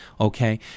okay